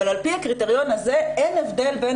אבל על פי הקריטריון הזה אין הבדל בין